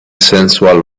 sensual